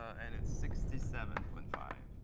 and it's sixty seven point five.